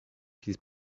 his